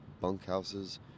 bunkhouses